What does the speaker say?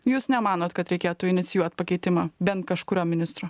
jūs nemanot kad reikėtų inicijuot pakeitimą bent kažkurio ministro